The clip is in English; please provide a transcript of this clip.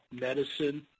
medicine